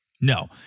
No